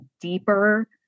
deeper